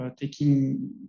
taking